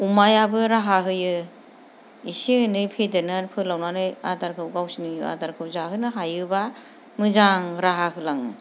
अमायाबो राहा होयो एसे एनै फेदेरनानै फोलावनानै आदारखौ गावसोरनि आदारखौ जाहोनो हायोब्ला मोजां राहा होलाङो